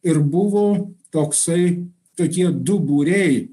ir buvo toksai tokie du būriai